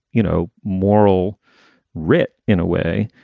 you know, moral writ in a way.